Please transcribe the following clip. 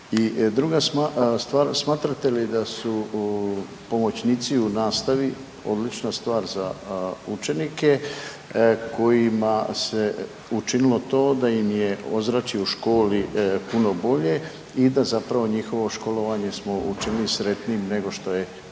druga stvar smatrate li da su pomoćnici u nastavi odlična stvar za učenike kojima se učinilo to da im je ozračje u školi puno bolje i da zapravo njihov školovanje smo učinili sretnijim nego što je bilo